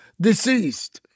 deceased